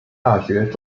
大学